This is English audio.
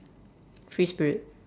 free spirit